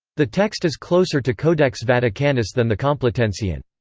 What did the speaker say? the text is closer to codex vaticanus than the complutensian.